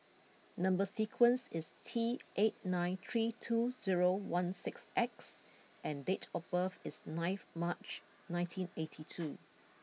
number sequence is T eight nine three two zero one six X and date of birth is ninth March nineteen eighty two